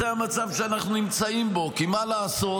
זה המצב שאנחנו נמצאים בו, כי מה לעשות,